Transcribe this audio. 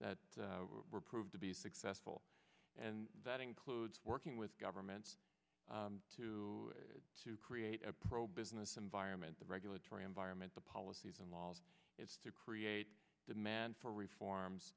were proved to be successful and that includes working with governments to to create a pro business environment the regulatory environment the policies and laws it's to create demand for reforms